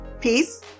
peace